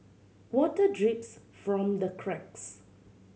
water drips from the cracks